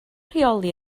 rheoli